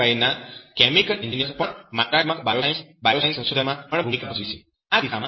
આ સિવાયના chemical engineers પણ માત્રાત્મક બાયોસાયન્સ બાયોસાયન્સ સંશોધનમાં પણ નોંધપાત્ર ભૂમિકા ભજવે છે